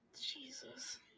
Jesus